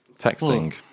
texting